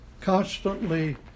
constantly